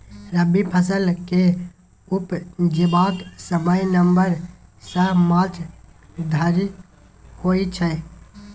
रबी फसल केँ उपजेबाक समय नबंबर सँ मार्च धरि होइ छै